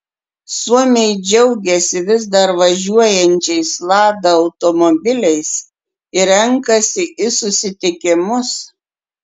suomiai džiaugiasi vis dar važiuojančiais lada automobiliais ir renkasi į susitikimus